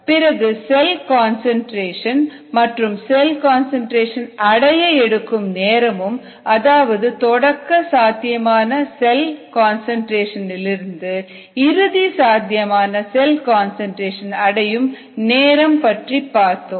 பிறகு cell concentration மற்றும் cell concentration அடைய எடுக்கும் நேரமும் அதாவது தொடக்க சாத்தியமான செல் கன்சன்ட்ரேஷன் இலிருந்து இறுதி சாத்தியமான செல் கன்சன்ட்ரேஷன் அடையும் நேரம் பற்றி பார்த்தோம்